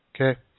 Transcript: Okay